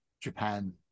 japan